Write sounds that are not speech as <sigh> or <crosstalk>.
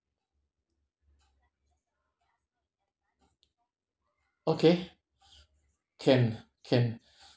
okay <breath> can can <breath>